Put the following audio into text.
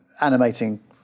animating